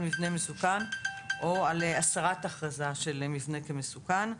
מבנה מסוכן או על הסרת ההכרזה על מבנה כמסוכן.